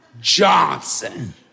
Johnson